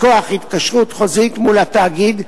מכוח התקשרויות חוזיות מול התאגיד,